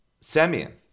Semyon